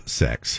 sex